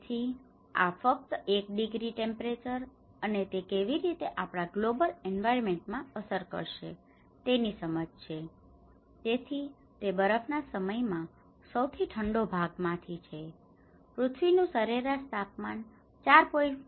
તેથી આ ફક્ત 1 ડિગ્રી ટેમ્પરેચર અને તે કેવી રીતે આપણા ગ્લોબલ એન્વાયર્મેન્ટ માં અસર કરશે તેની સમજ છે તેથી તે બરફના સમય માં સૌથી ઠંડા ભાગો માંથી છે પૃથ્વી નું સરેરાશ તાપમાન 4